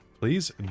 Please